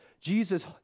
Jesus